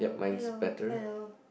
hello hello